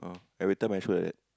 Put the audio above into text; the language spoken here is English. every time I feel like that